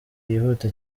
yihuta